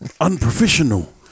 unprofessional